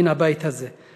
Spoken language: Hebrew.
מן הבית הזה.